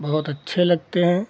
बहुत अच्छे लगते हैं